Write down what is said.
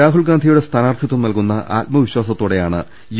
രാഹുൽ ഗാന്ധിയുടെ സ്ഥാനാർത്ഥിത്വം നൽകുന്ന ആത്മവിശ്വാസത്തോടെയാണ് യു